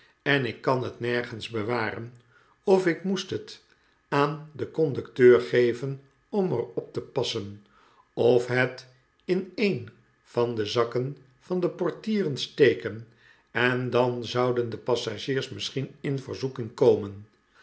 en kan het nergens bewaren of ik moest het aan den conducteur geven om er op te passen of het in een van de zakken van de portieren steken en dan zouden de passagiers misschien in verzoeking komen